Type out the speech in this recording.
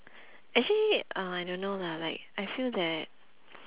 actually uh I don't know lah like I feel that